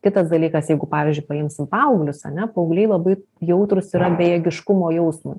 kitas dalykas jeigu pavyzdžiui paimsim paauglius ane paaugliai labai jautrūs yra bejėgiškumo jausmui